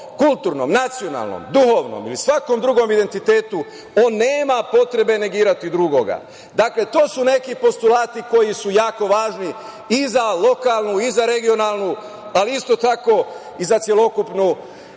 kulturnom, nacionalnom, duhovnom ili svakom drugom identitetu, on nema potrebe negirati drugoga. Dakle, to su neki postulati koji su jako važni i za lokalnu i za regionalnu, ali isto tako i za celokupnu